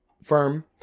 firm